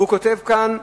והוא כותב כאן,